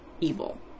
evil